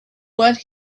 what